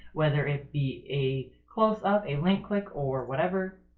whether it be a close up, a link click, or whatever.